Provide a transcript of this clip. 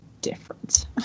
different